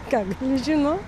ką gali žinot